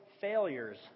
failures